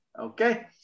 Okay